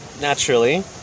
naturally